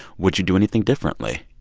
would you do anything differently?